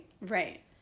Right